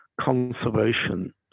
conservation